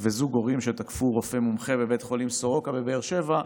וזוג הורים שתקפו רופא מומחה בבית חולים סורוקה בבאר שבע.